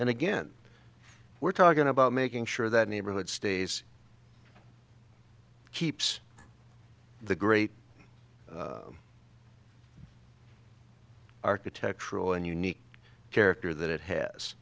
and again we're talking about making sure that neighborhood stays keeps the great architectural and unique character that it has